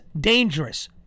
dangerous